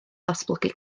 ddatblygu